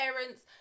parents